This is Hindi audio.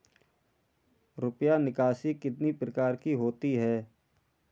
रुपया निकासी कितनी प्रकार की होती है?